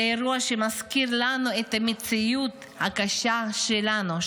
אלא אירוע שמזכיר לנו את המציאות הקשה שלנו,